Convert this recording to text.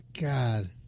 God